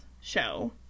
show